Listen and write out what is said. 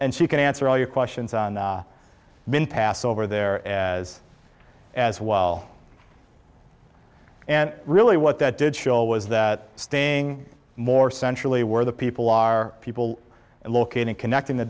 and she can answer all your questions on the bin pass over there as as well and really what that did show was that staying more centrally where the people are people and located and connecting the